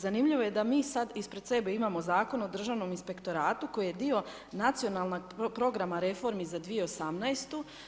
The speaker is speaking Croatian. Zanimljivo je da mi sad ispred sebe imamo Zakon o državnom inspektoratu koji je dio nacionalnog programa reformi za 2018.